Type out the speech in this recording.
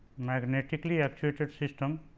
magnetically actuated system